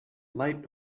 light